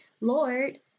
Lord